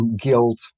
guilt